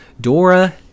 Dora